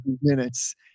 minutes